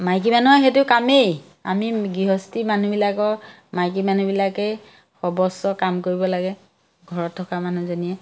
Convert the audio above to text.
মাইকী মানুহৰ সেইটো কামেই আমি গৃহস্থী মানুহবিলাকৰ মাইকী মানুহবিলাকেই সৰ্বস্ব কাম কৰিব লাগে ঘৰত থকা মানুহজনীয়ে